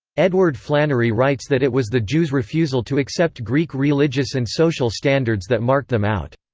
edward flannery writes that it was the jews' refusal to accept greek religious and social standards that marked them out.